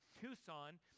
Tucson